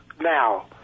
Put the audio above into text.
now